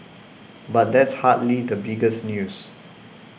but that's hardly the biggest news